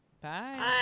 Bye